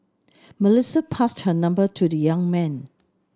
Melissa passed her number to the young man